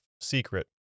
secret